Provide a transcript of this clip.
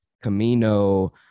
Camino